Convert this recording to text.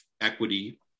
equity